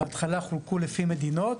בהתחלה חולקו לפי מדינות,